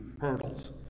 hurdles